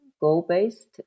goal-based